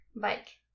Bike